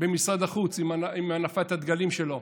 במשרד החוץ עם הנפת הדגלים שלו,